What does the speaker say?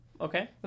Okay